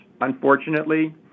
unfortunately